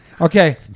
Okay